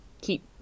keep